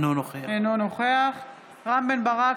אינו נוכח רם בן ברק,